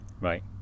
Right